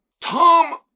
Tom